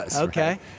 Okay